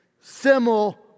simul